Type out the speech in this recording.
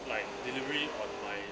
like delivery on my